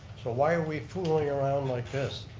so why are we fooling around like this?